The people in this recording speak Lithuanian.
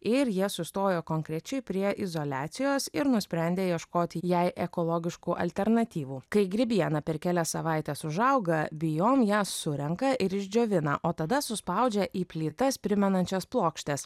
ir jie sustojo konkrečiai prie izoliacijos ir nusprendė ieškoti jai ekologiškų alternatyvų kai grybiena per kelias savaites užauga vijom ją surenka ir išdžiovina o tada suspaudžia į plytas primenančias plokštes